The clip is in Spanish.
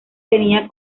tenía